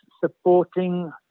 supporting